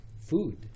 food